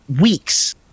weeks